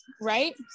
Right